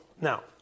Now